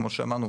כמו שאמרנו,